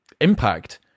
impact